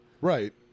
Right